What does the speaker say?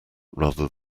rather